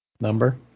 Number